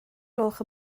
gloch